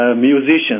musicians